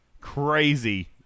crazy